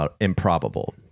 improbable